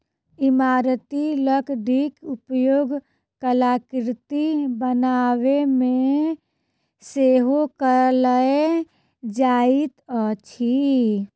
इमारती लकड़ीक उपयोग कलाकृति बनाबयमे सेहो कयल जाइत अछि